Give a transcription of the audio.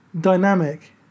dynamic